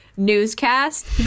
newscast